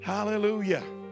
Hallelujah